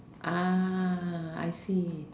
I see